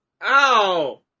Ow